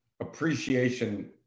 appreciation